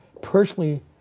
personally